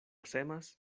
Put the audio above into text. semas